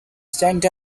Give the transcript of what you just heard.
stand